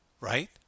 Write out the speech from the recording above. right